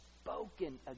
spoken